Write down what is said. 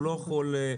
נכון.